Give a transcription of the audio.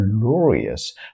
glorious